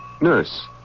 nurse